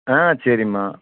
ஆ சரிம்மா